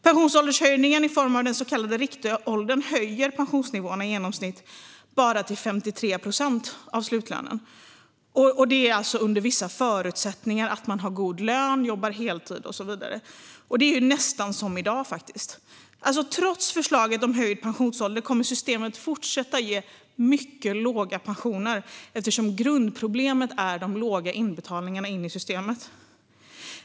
Pensionsåldershöjningen i form av den så kallade riktåldern höjer pensionsnivåerna i genomsnitt bara till 53 procent av slutlönen, och detta är under förutsättning att man har god lön, jobbar heltid och så vidare. Det är nästan som i dag. Trots förslaget om höjd pensionsålder kommer systemet att fortsätta att ge mycket låga pensioner, eftersom grundproblemet är de låga inbetalningarna till systemet.